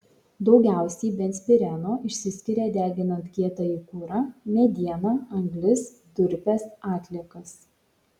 daugiausiai benzpireno išsiskiria deginant kietąjį kurą medieną anglis durpes atliekas